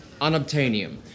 unobtainium